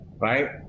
right